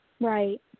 Right